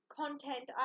content